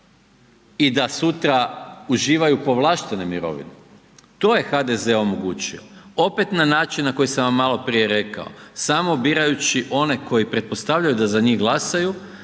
i da sutra uživaju povlaštene mirovine, to je HDZ omogućio, opet na način na koji sam vam maloprije rekao, samo birajući one koji pretpostavljaju da za njih glasaju